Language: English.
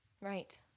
Right